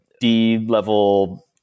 D-level